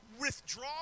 withdraw